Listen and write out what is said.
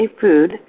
food